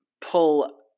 pull